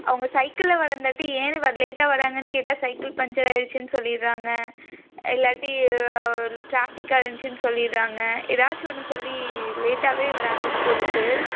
அவங்க சைக்கிளில் வரந்தாட்டி ஏன்னெனு வர லேட்டாக வராங்கன்னு கேட்டால் சைக்கிள் பஞ்சர் ஆகிருச்சுன்னு சொல்லிடுறாங்க இல்லாட்டி ட்ராஃபிக்காக இருந்துச்சுனு சொல்லிடுறாங்க ஏதாச்சும் ஒன்று சொல்லி லேட்டாகவே வர்றாங்க ஸ்கூலுக்கு